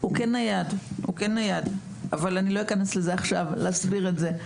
הוא כן נייד, אבל אני לא אכנס להסבר של זה עכשיו.